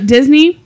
Disney